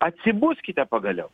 atsibuskite pagaliau